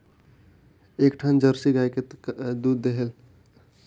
एक ठन जरसी गाय कतका दूध देहेल?